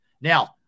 Now